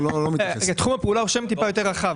תחום הפעולה זה שם יותר רחב.